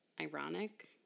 ironic